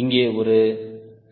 இங்கே ஒரு